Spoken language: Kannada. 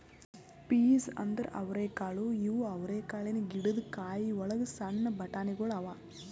ಪೀಸ್ ಅಂದುರ್ ಅವರೆಕಾಳು ಇವು ಅವರೆಕಾಳಿನ ಗಿಡದ್ ಕಾಯಿ ಒಳಗ್ ಸಣ್ಣ ಬಟಾಣಿಗೊಳ್ ಅವಾ